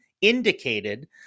indicated